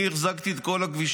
אני החזקתי את כל הכבישים.